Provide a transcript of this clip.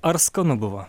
ar skanu buvo